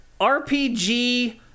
RPG